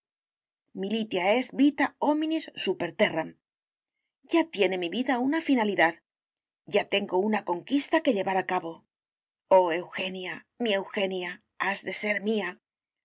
lucharemos militia est vita hominis super terram ya tiene mi vida una finalidad ya tengo una conquista que llevar a cabo oh eugenia mi eugenia has de ser mía